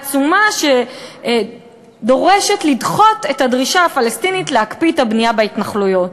העצומה שדורשת לדחות את הדרישה הפלסטינית להקפיא את הבנייה בהתנחלויות.